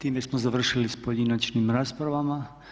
Time smo završili s pojedinačnim raspravama.